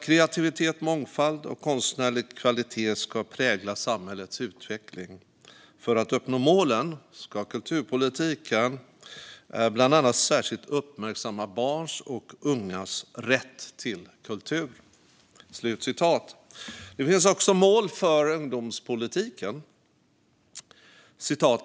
Kreativitet, mångfald och konstnärlig kvalitet ska prägla samhällets utveckling. För att uppnå målen ska kulturpolitiken - särskilt uppmärksamma barns och ungas rätt till kultur." Det finns också mål för ungdomspolitiken.